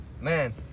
Man